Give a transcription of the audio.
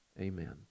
Amen